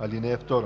общини. (2)